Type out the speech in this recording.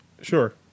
Sure